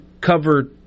cover